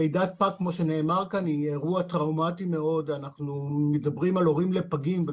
כפי שנאמר כאן, לידת פג היא אירוע טראומטי מאוד.